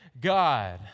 God